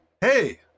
hey